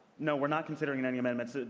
no, we're not considering any amendments.